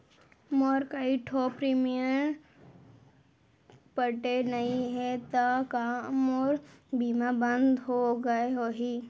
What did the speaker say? मोर कई ठो प्रीमियम पटे नई हे ता का मोर बीमा बंद हो गए होही?